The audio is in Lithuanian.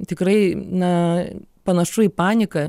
tikrai na panašu į paniką